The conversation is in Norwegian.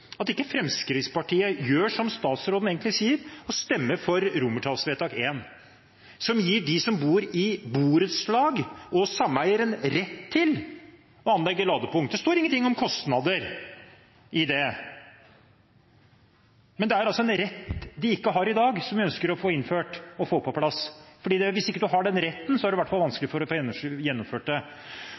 at ikke Fremskrittspartiet gjør som statsråden sier, og stemmer for I, noe som gir dem som bor i borettslag og sameier, rett til å anlegge ladepunkt. Det står ingenting om kostnader i det, men det er altså en rett de ikke har i dag, som vi ønsker å få innført og få på plass. Hvis man ikke har den retten, er det i hvert fall vanskelig å få gjennomført det.